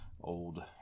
Old